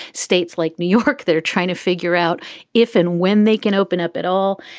states like new york that are trying to figure out if and when they can open up at all.